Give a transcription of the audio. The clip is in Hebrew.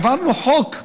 העברנו חוק,